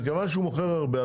מכיוון שהוא מוכר הרבה,